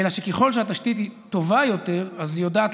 אלא שככל שהתשתית טובה יותר היא יודעת